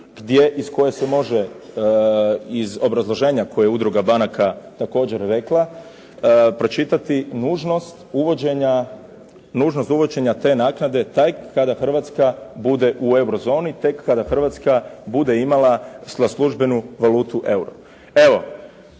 iz koje se može, iz obrazloženja koje je Udruga banaka također rekla, pročitati nužnost uvođenja te naknade tek kada Hrvatska bude u euro zoni, tek kada Hrvatska bude imala za službenu valutu euro.